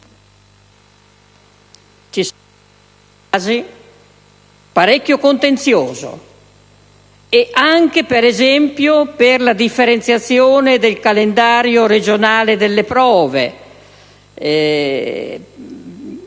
inzio nascerà parecchio contenzioso, anche - ad esempio - per la differenziazione del calendario regionale delle prove,